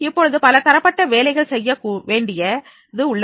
இப்பொழுது பல தரப்பட்ட வேலைகள் செய்ய வேண்டிய உள்ளது